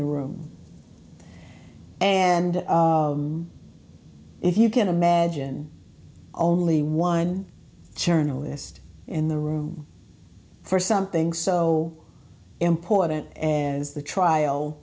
the room and if you can imagine only one journalist in the room for something so important and as the trial